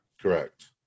Correct